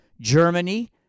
germany